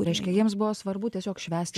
reiškia jiems buvo svarbu tiesiog švęsti